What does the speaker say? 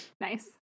Nice